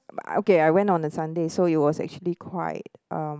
but okay I went on a Sunday so it was actually quite um